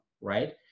right